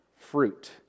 fruit